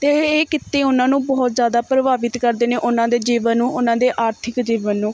ਅਤੇ ਇਹ ਕਿੱਤੇ ਉਹਨਾਂ ਨੂੰ ਬਹੁਤ ਜ਼ਿਆਦਾ ਪ੍ਰਭਾਵਿਤ ਕਰਦੇ ਨੇ ਉਹਨਾਂ ਦੇ ਜੀਵਨ ਨੂੰ ਉਹਨਾਂ ਦੇ ਆਰਥਿਕ ਜੀਵਨ ਨੂੰ